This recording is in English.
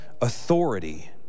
authority